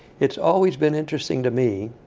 it's always been interesting to me